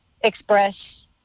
express